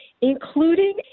including